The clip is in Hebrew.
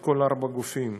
את כל ארבעת הגופים: